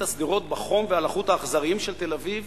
השדרות בחום ובלחות האכזריים של תל-אביב